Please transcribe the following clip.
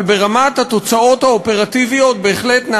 אבל ברמת התוצאות האופרטיביות בהחלט הייתה